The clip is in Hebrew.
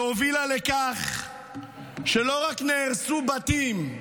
תוכנית איומה, שהובילה לכך שלא רק נהרסו בתים,